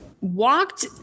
walked